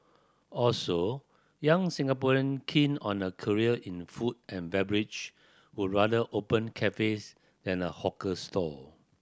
also young Singaporean keen on a career in food and beverage would rather open cafes than a hawker stall